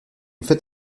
fait